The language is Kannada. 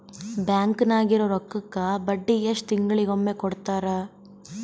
ಬ್ಯಾಂಕ್ ನಾಗಿರೋ ರೊಕ್ಕಕ್ಕ ಬಡ್ಡಿ ಎಷ್ಟು ತಿಂಗಳಿಗೊಮ್ಮೆ ಕೊಡ್ತಾರ?